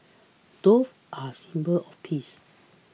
doves are symbol of peace